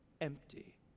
empty